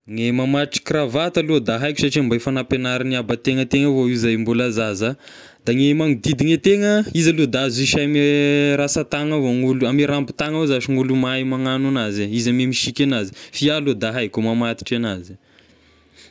Ny mamatotry kiravaty aloha da haiko satria mba efa nampianarin'iabategna an-tegna avao io zay mbola zazà, da ny manodidina ny tegna izy aloha da azo isay ame rasan-tagna avao gn'olo, ame rambon-tagna avao zashy gn'olo mahay magnano anazy, izy ame misiky anazy, f'iahy aloha da haiko e mamatotra anazy eh.